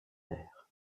air